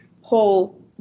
whole